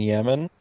Yemen